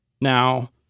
now